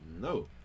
No